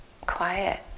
quiet